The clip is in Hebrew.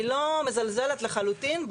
אני לא מזלזלת לחלוטין,